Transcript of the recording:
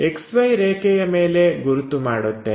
XY ರೇಖೆಯ ಮೇಲೆ ಗುರುತು ಮಾಡುತ್ತೇವೆ